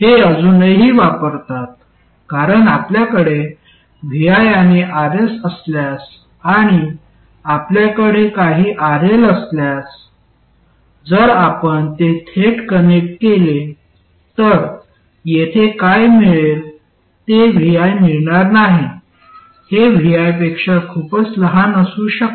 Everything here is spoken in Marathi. हे अजूनही वापरतात कारण आपल्याकडे Vi आणि Rs असल्यास आणि आपल्याकडे काही RL असल्यास जर आपण ते थेट कनेक्ट केले तर येथे काय मिळेल ते Vi मिळणार नाही हे Vi पेक्षा खूपच लहान असू शकते